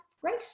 great